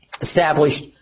established